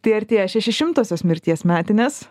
tai artėja šešišimtosios mirties metinės